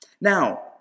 Now